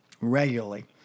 regularly